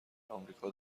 آمریکا